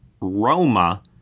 Roma